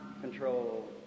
control